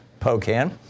Pocan